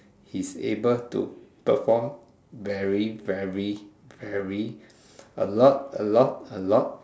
he's able to perform very very very a lot a lot a lot